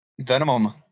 Venom